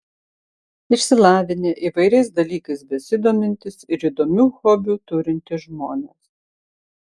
išsilavinę įvairiais dalykais besidomintys ir įdomių hobių turintys žmonės